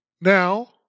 Now